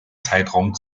zeitraum